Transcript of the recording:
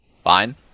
fine